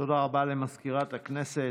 תודה רבה למזכירת הכנסת.